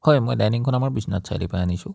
হয় মই ডাইনিংখন আমাৰ বিশ্বনাথ চাৰিআলিৰ পৰাই আনিছোঁ